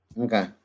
Okay